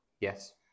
Yes